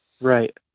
Right